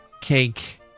cake